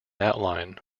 outline